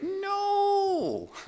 No